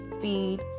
feed